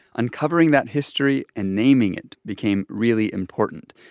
uncovering that history and naming it became really important.